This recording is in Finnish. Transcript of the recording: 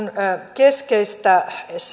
keskeistä että alueellisilla